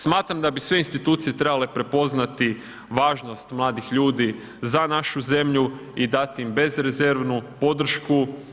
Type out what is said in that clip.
Smatram da bi sve institucije trebale prepoznati važnost mladih ljudi za našu zemlju i dati im bezrezervnu podršku.